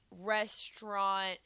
restaurant